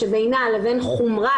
שבינה לבין חומרה,